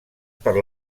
per